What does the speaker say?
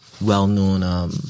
well-known